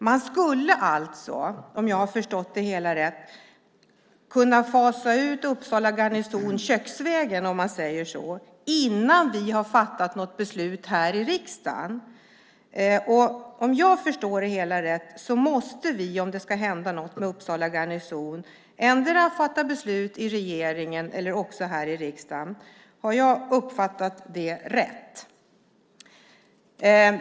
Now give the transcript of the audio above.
Man skulle alltså, om jag har förstått det hela rätt, kunna fasa ut Uppsala garnison köksvägen, om man säger så, innan vi har fattat något beslut här i riksdagen. Om jag förstår det hela rätt måste vi, om det ska hända något med Uppsala garnison, endera fatta beslut i regeringen eller här i riksdagen. Har jag uppfattat det rätt?